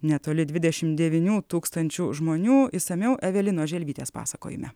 netoli dvidešimt devynių tūkstančių žmonių išsamiau evelinos želvytės pasakojime